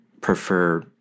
prefer